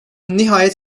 nihayet